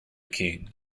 king